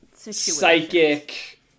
Psychic